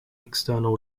external